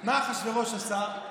מה אחשוורוש עשה?